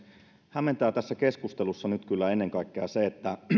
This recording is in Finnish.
hämmentää tässä keskustelussa nyt kyllä ennen kaikkea se että